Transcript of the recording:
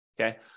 Okay